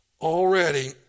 Already